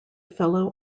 fellow